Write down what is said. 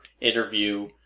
interview